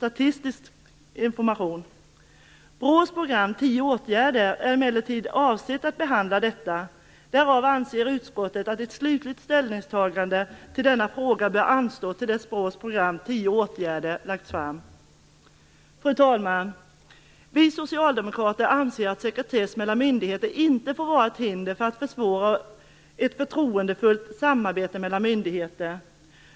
BRÅ:s program Tio åtgärder är emellertid avsett att behandla detta. Därför anser utskottet att ett slutligt ställningstagande i denna fråga bör anstå tills BRÅ:s program Tio åtgärder lagts fram. Fru talman! Vi socialdemokrater anser att sekretess mellan myndigheter inte får vara ett hinder som försvårar ett förtroendefullt samarbete mellan myndigheterna.